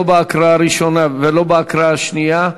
לא בהקראה הראשונה ולא בהקראה השנייה?